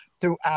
throughout